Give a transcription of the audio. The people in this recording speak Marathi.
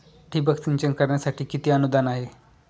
ठिबक सिंचन करण्यासाठी किती अनुदान आहे?